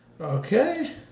Okay